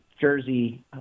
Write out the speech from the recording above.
jersey